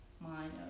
mind